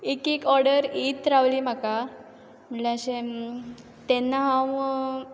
एक एक ऑर्डर येत रावली म्हाका म्हणल्यार अशें तेन्ना हांव